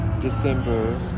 December